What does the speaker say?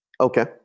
Okay